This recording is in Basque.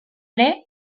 ere